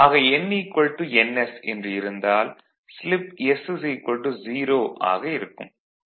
ஆக n ns என்று இருந்தால் ஸ்லிப் s 0 ஆக இருக்கும்